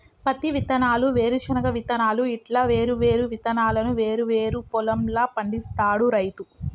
పత్తి విత్తనాలు, వేరుశన విత్తనాలు ఇట్లా వేరు వేరు విత్తనాలను వేరు వేరు పొలం ల పండిస్తాడు రైతు